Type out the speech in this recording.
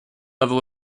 level